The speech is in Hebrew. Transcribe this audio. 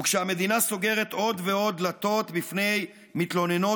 וכשהמדינה סוגרת עוד ועוד דלתות בפני מתלוננות